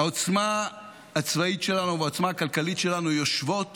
העוצמה הצבאית שלנו והעוצמה הכלכלית שלנו יושבות